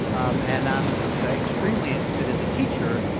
um and i'm extremely interested, as a teacher,